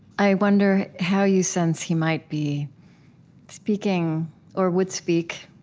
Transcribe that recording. i wonder how you sense he might be speaking or would speak